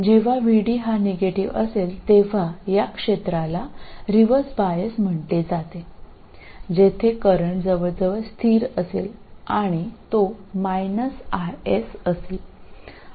जेव्हा VD हा negative असेल तेव्हा या क्षेत्राला रिव्हर्स बायस म्हटले जाते येथे करंट जवळजवळ स्थिर असेल आणि तो IS असेल